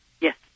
Yes